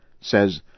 says